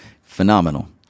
Phenomenal